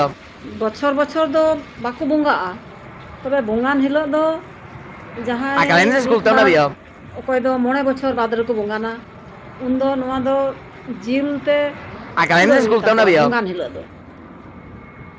ᱵᱚᱪᱷᱚᱨ ᱵᱚᱪᱷᱚᱨ ᱫᱚ ᱵᱟᱠᱚ ᱵᱚᱸᱜᱟᱜᱼᱟ ᱛᱚᱵᱮ ᱵᱚᱸᱜᱟᱭ ᱦᱤᱞᱳᱜ ᱫᱚ ᱚᱠᱚᱭ ᱫᱚ ᱢᱤᱫᱵᱟᱨ ᱚᱠᱚᱭ ᱫᱚ ᱢᱚᱬᱮ ᱵᱚᱪᱷᱚᱨ ᱵᱟᱫᱨᱮ ᱵᱚᱸᱜᱟᱱᱟ ᱩᱱᱫᱚ ᱱᱚᱣᱟ ᱫᱚ ᱡᱤᱞ ᱛᱮ ᱥᱩᱲᱟᱹ ᱟᱠᱚ ᱦᱩᱭᱩᱜᱼᱟ ᱵᱚᱸᱜᱟᱱ ᱦᱤᱞᱳᱜ